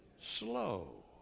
slow